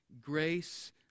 grace